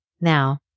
Now